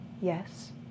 Yes